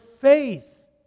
faith